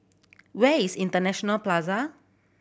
where is International Plaza